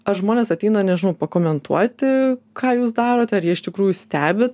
ar žmonės ateina nežinau pakomentuoti ką jūs darote ar jie iš tikrųjų stebi